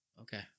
okay